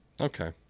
Okay